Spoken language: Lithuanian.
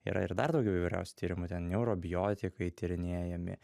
yra ir dar daugiau įvairiausių tyrimų ten neurobiotikai tyrinėjami